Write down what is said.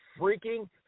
freaking